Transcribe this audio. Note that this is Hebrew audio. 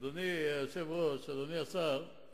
אדוני היושב-ראש, אדוני השר,